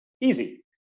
Easy